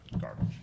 garbage